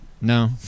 no